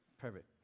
Perfect